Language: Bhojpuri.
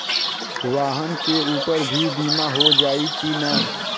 वाहन के ऊपर भी बीमा हो जाई की ना?